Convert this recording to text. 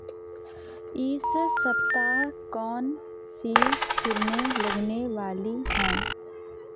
इस सप्ताह कौनसी फ़िल्में लगने वाली हैं